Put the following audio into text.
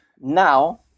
now